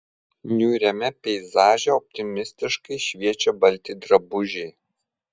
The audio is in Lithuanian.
niūriame peizaže optimistiškai šviečia balti drabužiai